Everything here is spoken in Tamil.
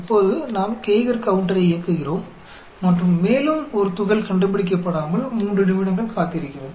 இப்போது நாம் கெய்கர் கவுன்டரை இயக்குகிறோம் மற்றும் மேலும் ஒரு துகள் கண்டுபிடிக்கப்படாமல் 3 நிமிடங்கள் காத்திருக்கிறோம்